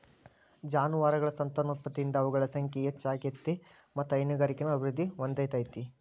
ಜಾನುವಾರಗಳ ಸಂತಾನೋತ್ಪತ್ತಿಯಿಂದ ಅವುಗಳ ಸಂಖ್ಯೆ ಹೆಚ್ಚ ಆಗ್ತೇತಿ ಮತ್ತ್ ಹೈನುಗಾರಿಕೆನು ಅಭಿವೃದ್ಧಿ ಹೊಂದತೇತಿ